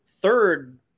third